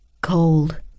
Cold